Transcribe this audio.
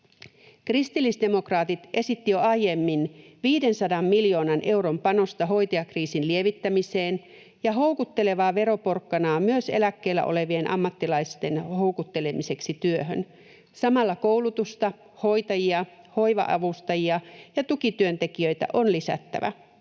Kristillisdemokraatit esittivät jo aiemmin 500 miljoonan euron panosta hoitajakriisin lievittämiseen ja houkuttelevaa veroporkkanaa myös eläkkeellä olevien ammattilaisten houkuttelemiseksi työhön. Samalla koulutusta, hoitajia, hoiva-avustajia ja tukityöntekijöitä on lisättävä.